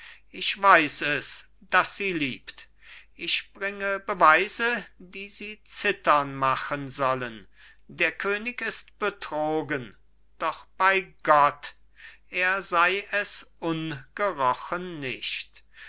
ich weiß es daß sie liebt ich bringe beweise die sie zittern machen sollen der könig ist betrogen doch bei gott er sei es ungerochen nicht